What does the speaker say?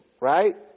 right